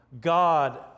God